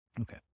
Okay